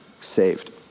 saved